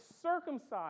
circumcised